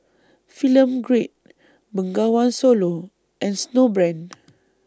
Film Grade Bengawan Solo and Snowbrand